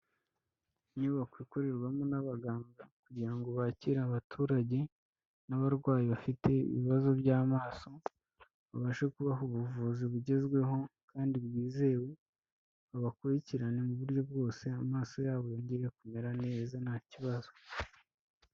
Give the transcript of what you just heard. Inyubako ikorerwamo n'abaganga kugira ngo bakire abaturage n'abarwayi bafite ibibazo by'amaso, babashe kubaha ubuvuzi bugezweho kandi bwizewe, babakurikirane mu buryo bwose, amaso yabo yongere kumera neza ntakibazo.